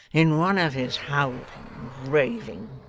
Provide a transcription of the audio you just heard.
in one of his howling, raving,